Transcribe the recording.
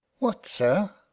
what, sir?